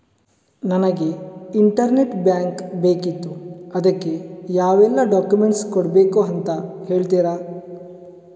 ನನಗೆ internet bank ಬೇಕಿತ್ತು ಅದಕ್ಕೆ ಯಾವೆಲ್ಲಾ ಡಾಕ್ಯುಮೆಂಟ್ಸ್ ಕೊಡ್ಬೇಕು ಅಂತ ಹೇಳ್ತಿರಾ?